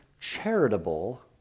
charitable